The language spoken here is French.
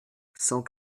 cent